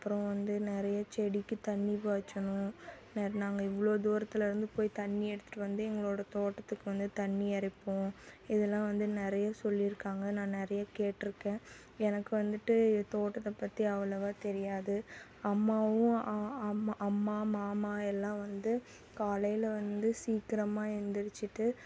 அப்புறம் வந்து நிறைய செடிக்கு தண்ணி பாய்ச்சணும் நாங்கள் இவ்வளோ தூரத்தில் இருந்து போய் தண்ணி எடுத்துட்டு வந்து எங்களோட தோட்டத்துக்கு வந்து தண்ணி இறைப்போம் இதெல்லாம் வந்து நிறைய சொல்லியிருக்காங்க நான் நிறைய கேட்டுருக்கேன் எனக்கு வந்துட்டு இது தோட்டத்தை பற்றி அவ்வளவா தெரியாது அம்மாவும் அம்மா மாமா எல்லாம் வந்து காலையில் வந்து சீக்கிரமாக எழுந்திரிச்சிட்டு